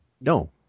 No